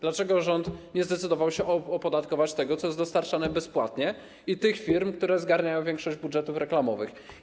Dlaczego rząd nie zdecydował się opodatkować tego, co jest dostarczane bezpłatnie, i tych firm, które zgarniają większość budżetów reklamowych?